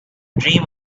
dream